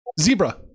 Zebra